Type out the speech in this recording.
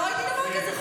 לא ראיתי דבר כזה.